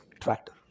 tractor